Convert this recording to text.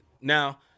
now